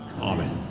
Amen